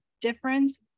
different